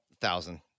thousand